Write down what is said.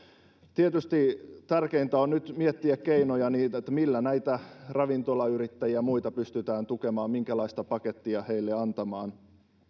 tietysti tärkeintä on nyt miettiä keinoja millä näitä ravintolayrittäjiä ja muita pystytään tukemaan minkälaista pakettia heille antamaan